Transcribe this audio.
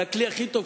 זה הכלי הכי טוב,